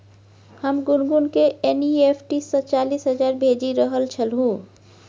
हम गुनगुनकेँ एन.ई.एफ.टी सँ चालीस हजार भेजि रहल छलहुँ